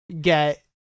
get